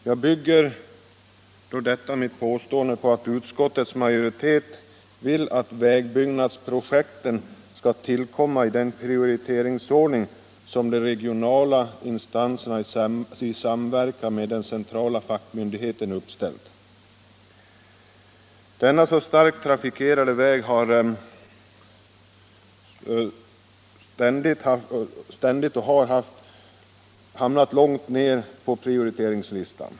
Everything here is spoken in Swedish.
Jag bygger detta mitt påstående på att utskottets majoritet vill att vägbyggnadsprojekten skall tillkomma i den prioriteringsordning som de regionala instanserna i samverkan med den centrala fackmyndigheten uppställt. Denna så starkt trafikerade väg har ständigt hamnat långt ned på prioriteringslistan.